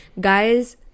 guys